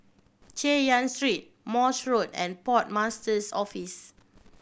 Chay Yan Street Morse Road and Port Master's Office